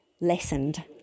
lessened